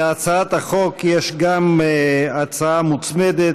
להצעת החוק יש גם הצעה מוצמדת,